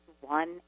one